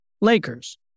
Lakers